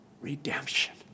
Redemption